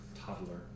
toddler